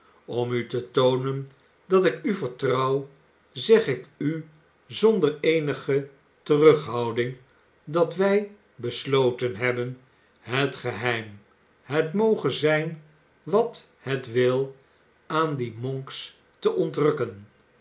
om u te toonen dat ik u vertrouw zeg ik u zonder eenige terughouding dat wij besloten hebben het geheim het moge zijn wat het wil aan dien monks te